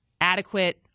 adequate